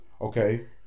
Okay